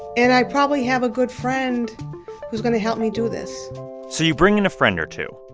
and i probably have a good friend who's going to help me do this so you bring in a friend or two.